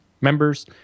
members